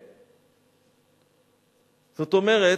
זאת אומרת,